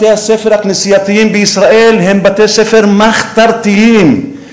בתי-הספר הכנסייתיים בישראל הם בתי-ספר מחתרתיים,